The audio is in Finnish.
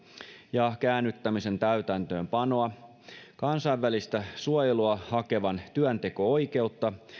ja käännyttämisen täytäntöönpanoa kansainvälistä suojelua hakevan työnteko oikeutta